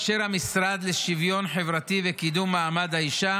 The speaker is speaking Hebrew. והמשרד לשוויון חברתי וקידום מעמד האישה